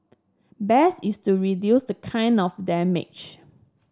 best is to reduce the kind of damage